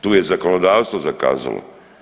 Tu je zakonodavstvo zakazalo.